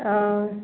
और